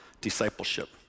discipleship